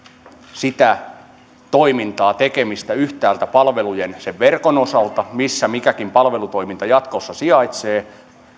sitä toimintaa tekemistä yhtäältä palvelujen sen verkon osalta missä mikäkin palvelutoiminta jatkossa sijaitsee